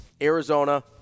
Arizona